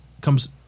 comes